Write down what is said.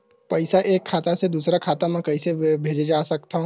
पईसा एक खाता से दुसर खाता मा कइसे कैसे भेज सकथव?